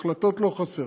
החלטות לא חסר,